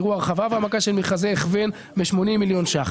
הרחבה והעמקה של מכרזי הכוון - 80 מיליון ₪,